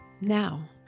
Now